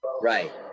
Right